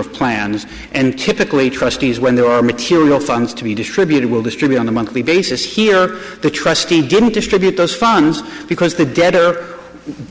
of plans and kick away trustees when there are material funds to be distributed will distribute on a monthly basis here the trustee didn't distribute those funds because the debtor